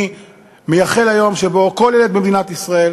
אני מייחל ליום שבו כל ילד במדינת ישראל,